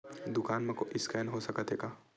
दुकान मा स्कैन हो सकत हे का?